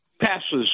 passes